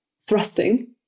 thrusting